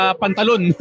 pantalon